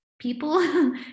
people